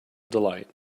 delight